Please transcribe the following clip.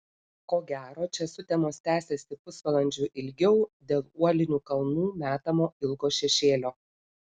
ko gero čia sutemos tęsiasi pusvalandžiu ilgiau dėl uolinių kalnų metamo ilgo šešėlio